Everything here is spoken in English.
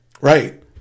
right